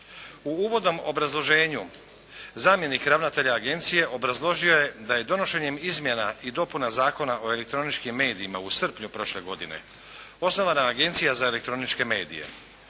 U uvodnom obrazloženju zamjenik ravnatelja Agencije obrazložio je da je donošenjem izmjena i dopuna Zakona o elektroničkim medijima u srpnju prošle godine, osnovana Agencija za elektroničke medije.